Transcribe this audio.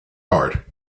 heart